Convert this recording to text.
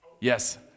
Yes